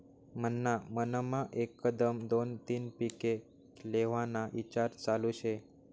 मन्हा मनमा एकदम दोन तीन पिके लेव्हाना ईचार चालू शे